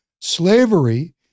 Slavery